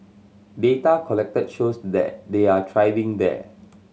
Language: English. data collected shows that they are thriving there